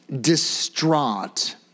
distraught